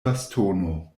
bastono